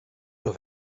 nur